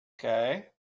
Okay